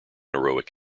heroic